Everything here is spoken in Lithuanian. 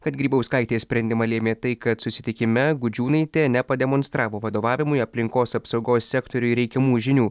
kad grybauskaitės sprendimą lėmė tai kad susitikime gudžiūnaitė nepademonstravo vadovavimui aplinkos apsaugos sektoriui reikiamų žinių